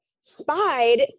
spied